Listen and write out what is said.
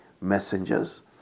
messengers